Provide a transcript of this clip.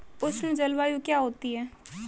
उष्ण जलवायु क्या होती है?